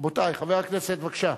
רבותי, חבר הכנסת, בבקשה.